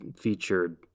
featured